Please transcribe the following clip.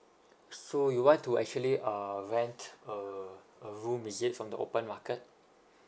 so you want to actually uh rent a a room is it from the open market